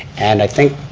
and i think